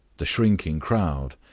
the shrinking crowd,